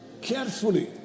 carefully